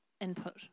input